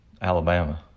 Alabama